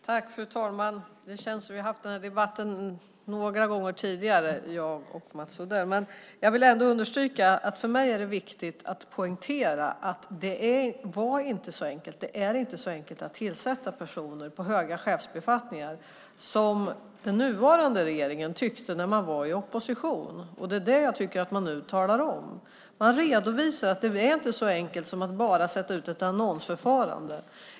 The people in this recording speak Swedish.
Fru talman! Det känns som att vi har haft den här debatten några gånger tidigare, jag och Mats Odell. För mig är det ändå viktigt att poängtera att det inte var så enkelt och inte är så enkelt att tillsätta personer på höga chefsbefattningar som den nuvarande regeringen tyckte när man var i opposition. Det är det jag tycker att man nu talar om. Man redovisar att det inte är så enkelt som att bara sätta i gång ett annonsförfarande.